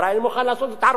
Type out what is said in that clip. אני מוכן לעשות התערבות,